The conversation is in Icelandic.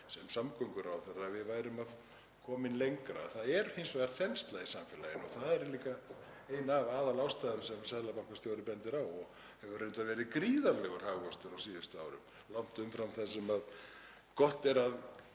sem samgönguráðherra um að við værum komin lengra. Það er hins vegar þensla í samfélaginu og það er líka ein af aðalástæðunum sem seðlabankastjóri bendir á og það hefur reyndar verið gríðarlegur hagvöxtur á síðustu árum, langt umfram það sem gott er að